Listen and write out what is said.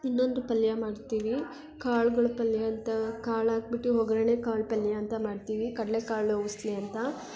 ಇನ್ನೊಂದು ಪಲ್ಯ ಮಾಡ್ತೀವಿ ಕಾಳ್ಗಳ ಪಲ್ಯ ಅಂತ ಕಾಳು ಹಾಕ್ಬಿಟ್ಟಿ ಒಗ್ಗರ್ಣೆ ಕಾಳು ಪಲ್ಯ ಅಂತ ಮಾಡ್ತೀವಿ ಕಡಲೆ ಕಾಳು ಉಸಲಿ ಅಂತ